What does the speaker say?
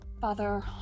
Father